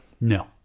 No